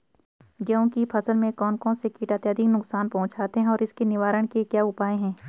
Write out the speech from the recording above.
गेहूँ की फसल में कौन कौन से कीट अत्यधिक नुकसान पहुंचाते हैं उसके निवारण के क्या उपाय हैं?